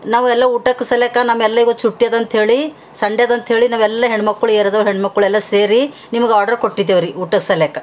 ನಾವು ಎಲ್ಲ ಊಟಕ್ಕೆ ಸಲ್ಯಾಕ ನಮ್ಮೆಲ್ಲ ಇವತ್ತು ಚುಟ್ಟಿ ಅದ ಅಂಥೇಳಿ ಸಂಡೇ ಅದ ಅಂಥೇಳಿ ನಾವೆಲ್ಲ ಹೆಣ್ಮಕ್ಕಳು ಯೇರ್ಯಾದವ್ರು ಹೆಣ್ಮಕ್ಕಳು ಎಲ್ಲ ಸೇರಿ ನಿಮ್ಗೆ ಆರ್ಡ್ರು ಕೊಟ್ಟಿದ್ದೇವ್ರೀ ಊಟದ ಸಲ್ಯಾಕ